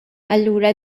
allura